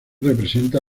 representa